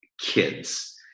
kids